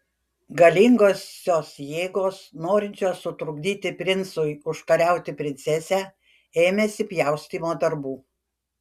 galingosios jėgos norinčios sutrukdyti princui užkariauti princesę ėmėsi pjaustymo darbų